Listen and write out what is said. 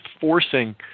forcing